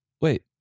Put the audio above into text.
wait